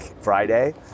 Friday